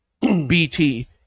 BT